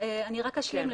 אני רק אשלים.